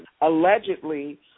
allegedly